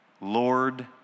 Lord